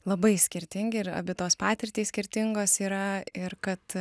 labai skirtingi ir abi tos patirtys skirtingos yra ir kad